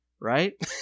right